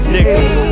Niggas